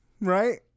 Right